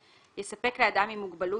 יספק לאדם עם מוגבלות,